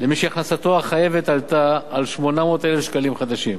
למי שהכנסתו החייבת עלתה על 800,000 שקלים חדשים.